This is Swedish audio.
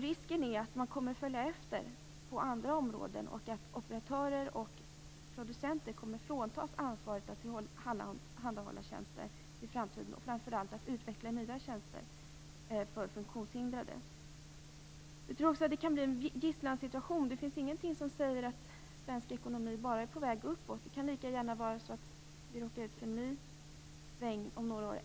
Risken är att man kommer att följa efter på andra områden och att operatörer och producenter kommer att fråntas ansvaret att tillhandahålla tjänster i framtiden. Det gäller framför allt utvecklingen av nya tjänster för funktionshindrade. Det kan också uppstå en gisslansituation. Det finns ingenting som säger att svensk ekonom bara är på väg uppåt. Vi kan lika gärna råka ut för en ny omsvängning om några år.